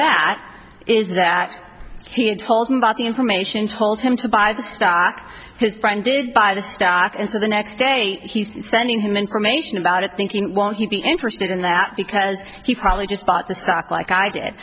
that is that he had told him about the information told him to buy the stock his friend did buy the stock and so the next day he's sending him information about it thinking won't you be interested in that because he probably just bought the stock like i did